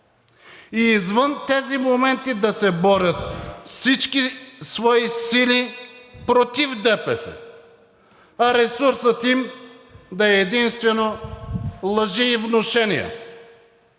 и извън тези моменти да се борят с всички свои сили против ДПС, а ресурсът им да е единствено лъжи и внушения.